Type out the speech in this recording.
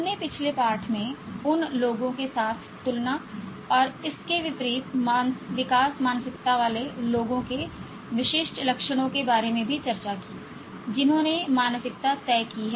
हमने पिछले पाठ में उन लोगों के साथ तुलना और इसके विपरीत विकास मानसिकता वाले लोगों के विशिष्ट लक्षणों के बारे में भी चर्चा की जिन्होंने मानसिकता तय की है